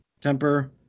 temper